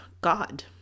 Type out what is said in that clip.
God